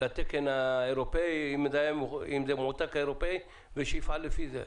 לתקן האירופי, אם מועתק האירופי, ושיפעל לפי זה.